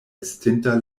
estinta